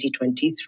2023